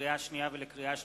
לקריאה שנייה ולקריאה שלישית: